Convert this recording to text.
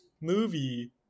movie